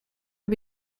are